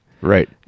Right